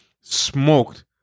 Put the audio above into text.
smoked